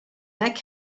bag